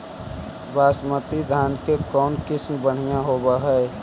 बासमती धान के कौन किसम बँढ़िया होब है?